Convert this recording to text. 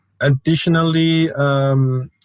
Additionally